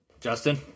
Justin